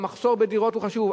המחסור בדירות הוא נושא חשוב,